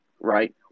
right